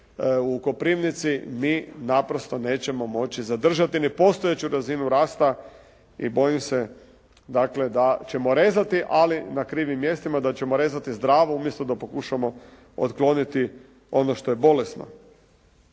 u Koprivnici mi naprosto nećemo moći zadržati ni postojeću razinu rasta i bojim se dakle da ćemo rezati ali na krivim mjestima. Da ćemo rezati zdravu umjesto da pokušamo otkloniti ono što je bolesno.